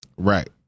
right